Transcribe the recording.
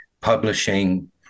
publishing